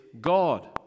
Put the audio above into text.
God